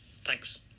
Thanks